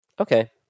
Okay